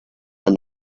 and